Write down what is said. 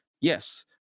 yes